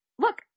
Look